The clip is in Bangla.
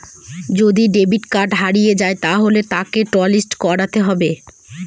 যদি ডেবিট কার্ড হারিয়ে যায় তাহলে তাকে টলিস্ট করাতে হবে